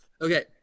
okay